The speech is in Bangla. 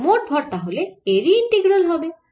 আর মোট ভর তাহলে এর ইন্টিগ্রাল হবে